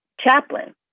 chaplain